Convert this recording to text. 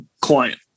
client